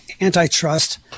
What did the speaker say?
antitrust